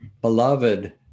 beloved